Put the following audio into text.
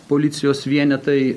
policijos vienetai